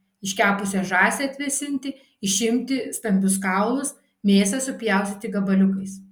iškepusią žąsį atvėsinti išimti stambius kaulus mėsą supjaustyti gabaliukais